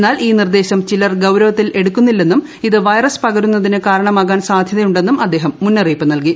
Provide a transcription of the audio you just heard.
എന്നാൽ ഈ നിർദേശം ചിലർ ഗൌരവത്തിൽ എടുക്കുന്നില്ലെന്നും ഇത് വൈറസ് പകരുന്നതിന് കാരണമാകാൻ സാദ്ധ്യത ഉന്നെും അദ്ദേഹം മുന്നറിയിപ്പ് നല്കി